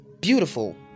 Beautiful